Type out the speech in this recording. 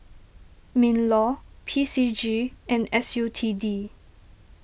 MinLaw P C G and S U T D